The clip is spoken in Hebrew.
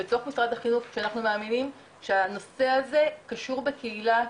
כשאנחנו מאמינים שהנושא הזה קשור בקהילה,